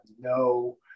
no